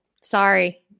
sorry